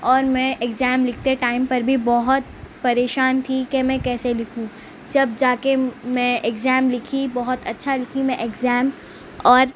اور میں ایگزام لکھتے ٹائم پر بھی بہت پریشان تھی کہ میں کیسے لکھوں جب جا کے میں ایگزام لکھی بہت اچھا لکھی میں ایگزام اور